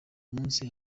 munsi